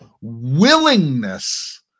willingness